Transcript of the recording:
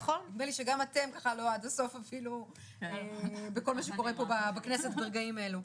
נדמה לי שגם אתם לא עד הסוף בכל מה שקורה פה בכנסת ברגעים אלו.